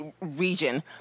region